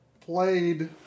played